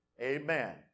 Amen